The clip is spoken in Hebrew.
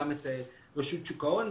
גם את רשות שוק ההון,